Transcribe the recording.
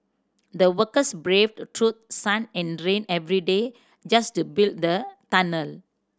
the workers braved through sun and rain every day just to build the tunnel